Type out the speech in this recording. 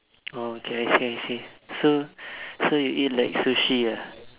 oh okay I see I see so so you eat like Sushi ah